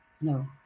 no